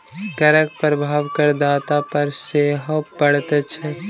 करक प्रभाव करदाता पर सेहो पड़ैत छै